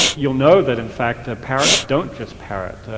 you'll know that in fact ah parrots don't just parrot.